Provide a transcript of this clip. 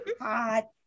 Hot